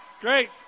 great